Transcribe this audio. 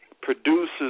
produces